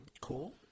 Cool